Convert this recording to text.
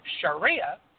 Sharia